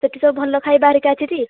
ସେଠି ସବୁ ଭଲ ଖାଇବା ହେରିକା ଅଛି ଟି